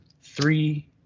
three